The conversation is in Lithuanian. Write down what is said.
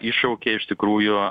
iššaukė iš tikrųjų